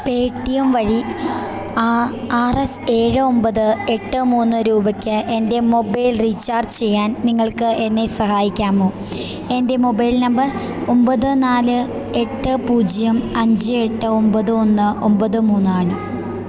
Paytm വഴി ആ R S ഏഴ് ഒമ്പത് എട്ട് മൂന്ന് രൂപയ്ക്ക് എൻ്റെ മൊബൈൽ റീചാർജ് ചെയ്യാൻ നിങ്ങൾക്ക് എന്നെ സഹായിക്കാമോ എൻ്റെ മൊബൈൽ നമ്പർ ഒമ്പത് നാല് എട്ട് പൂജ്യം അഞ്ച് എട്ട് ഒമ്പത് ഒന്ന് ഒമ്പത് മൂന്നാണ്